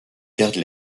perdent